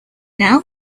now